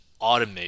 automate